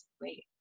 wait